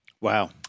Wow